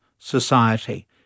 Society